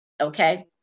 okay